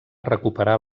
recuperar